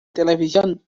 televisión